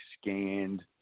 scanned